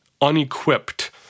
unequipped